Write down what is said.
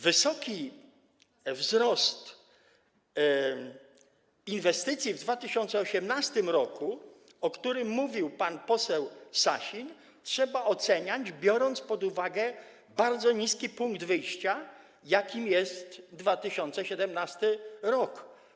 Wysoki wzrost inwestycji w 2018 r., o którym mówił pan poseł Sasin, trzeba oceniać, biorąc pod uwagę bardzo niski punkt wyjścia, jakim jest 2017 r.